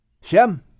Shem